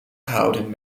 gehouden